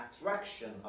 attraction